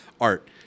Art